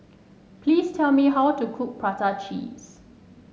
please tell me how to cook Prata Cheese